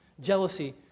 Jealousy